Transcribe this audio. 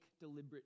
deliberate